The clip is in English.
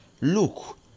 Look